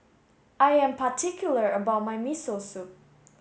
I am particular about my Miso Soup